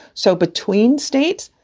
so between states,